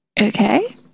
okay